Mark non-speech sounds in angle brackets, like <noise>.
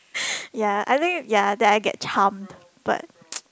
<breath> ya I think ya that I get charmed but <noise>